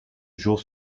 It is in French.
jour